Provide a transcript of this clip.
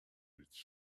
his